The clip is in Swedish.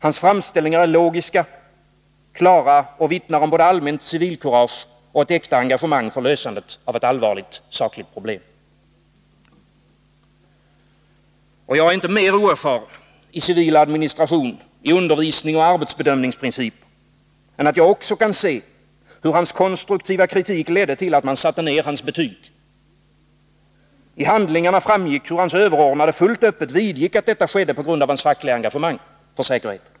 Hans framställningar är logiska och klara, de vittnar om både allmänt civilkurage och äkta engagemang för att lösa ett allvarligt sakligt problem. Jag är inte mer oerfaren i civil administration, undervisning och arbetsbedömningsprinciper än att jag också kan se hur hans kontruktiva kritik ledde till att man satte ner hans betyg. I handlingarna framgick hur hans överordnade fullt öppet vidgick att detta skedde på grund av hans fackliga engagemang för säkerheten.